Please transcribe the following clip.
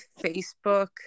facebook